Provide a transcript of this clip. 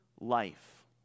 life